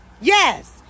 Yes